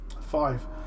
five